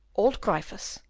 old gryphus,